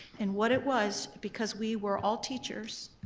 and what it was, because we were all teachers.